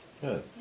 Good